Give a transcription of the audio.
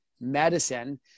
medicine